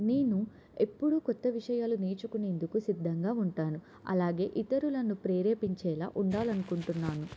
నేను ఎప్పుడూ కొత్త విషయాలు నర్చుకునేందుకు సిద్ధంగా ఉంటాను అలాగే ఇతరులను ప్రేరేపించేలా ఉండాలనుకుంటున్నాను